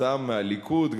מוצאן מהליכוד,